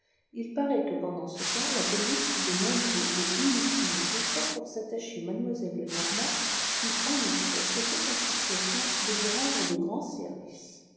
il parait que pendant ce temps la police fit de nombreux et inutiles efforts pour s'attacher mademoiselle lenormant qui en effet était en situation de lui rendre de grands services